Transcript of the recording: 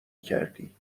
کردی